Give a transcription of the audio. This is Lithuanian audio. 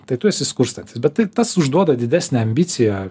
tai tu esi skurstantis bet tai tas užduoda didesnę ambiciją